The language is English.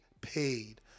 paid